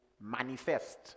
manifest